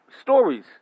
stories